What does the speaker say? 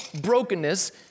brokenness